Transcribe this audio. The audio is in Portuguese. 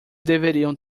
deveriam